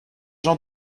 jean